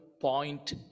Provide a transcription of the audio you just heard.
point